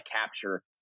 capture